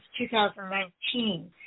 2019